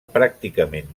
pràcticament